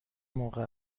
موقع